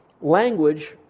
language